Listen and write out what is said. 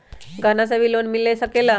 गहना से भी लोने मिल सकेला?